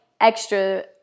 extra